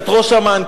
את ראש אמ"ן,